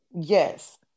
yes